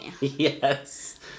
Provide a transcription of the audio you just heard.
yes